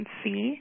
see